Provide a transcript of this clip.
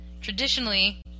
Traditionally